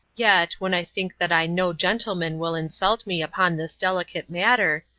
yet, when i think that i know gentlemen will insult me upon this delicate matter,